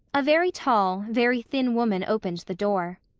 a very tall, very thin woman opened the door.